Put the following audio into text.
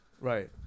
Right